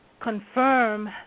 confirm